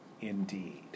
indeed